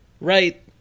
Right